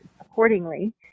accordingly